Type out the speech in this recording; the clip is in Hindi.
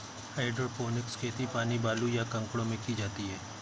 हाइड्रोपोनिक्स खेती पानी, बालू, या कंकड़ों में की जाती है